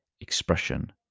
expression